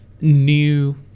new